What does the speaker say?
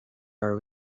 your